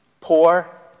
Poor